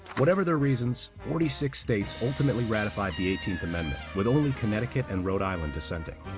whatever their reasons, forty six states ultimately ratified the eighteenth amendment with only connecticut and rhode island dissenting.